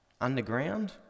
underground